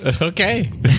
Okay